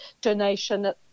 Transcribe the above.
donation